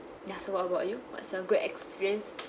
ya so what about you what's your good experience